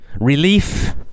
relief